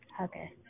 Okay